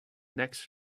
next